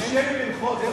תרשה לי למחות.